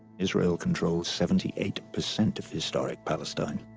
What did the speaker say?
israel controlled seventy eight percent of historic palestine.